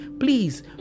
Please